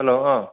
hello औ